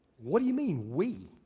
what do you mean we?